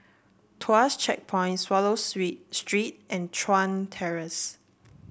Tuas Checkpoint Swallow Sweet Street and Chuan Terrace